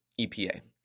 EPA